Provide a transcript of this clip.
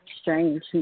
strange